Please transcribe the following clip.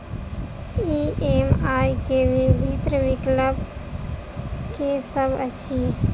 EMI केँ विभिन्न विकल्प की सब अछि